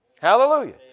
Hallelujah